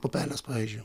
pupelės pavyzdžiui